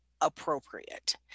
appropriate